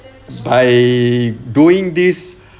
by doing this